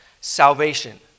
salvation